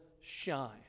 shine